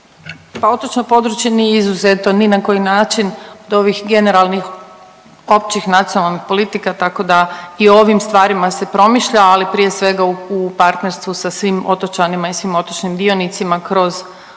Pa otočno područje nije izuzeto ni na koji način od ovih generalnih općih nacionalnih politika, tako da i o ovim stvarima se promišlja, ali prije svega u partnerstvu sa svim otočanima i svim otočnim dionicima kroz opet